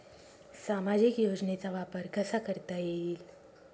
सामाजिक योजनेचा वापर कसा करता येईल?